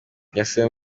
yasubiye